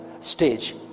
stage